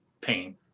pain